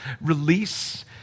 release